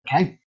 okay